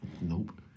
Nope